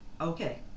Okay